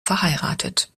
verheiratet